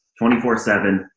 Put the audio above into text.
24-7